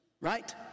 right